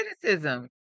criticism